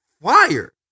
fire